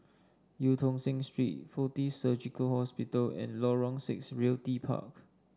Eu Tong Sen Street Fortis Surgical Hospital and Lorong Six Realty Park